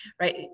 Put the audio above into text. right